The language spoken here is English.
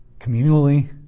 communally